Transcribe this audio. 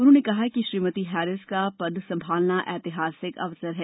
उन्होंने कहा कि श्रीमती हैरिस का पद संभालना ऐतिहासिक अवसर है